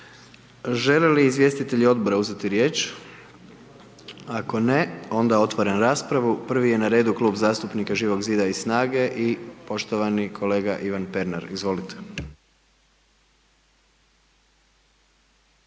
Žele li izvjestitelji odbora uzeti riječ? Ako ne, onda otvaram raspravu. Prvi je na redu Klub zastupnika Živog zida i SNAGA-e i poštovani kolega Ivan Pernar, izvolite.